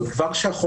כלומר, כבר כשהחומר